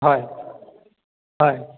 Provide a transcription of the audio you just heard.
হয় হয়